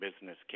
business